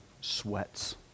sweats